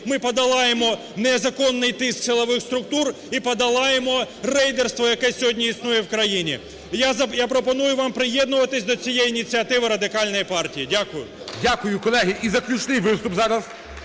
ми подолаємо незаконний тиск силових структур і подолаємо рейдерство, яке сьогодні існує в країні. Я пропоную вам приєднуватися до цієї ініціативи Радикальної партії. Дякую. ГОЛОВУЮЧИЙ. Дякую. Колеги, і заключний виступ зараз